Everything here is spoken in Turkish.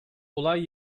olay